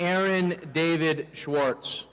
erin david schwartz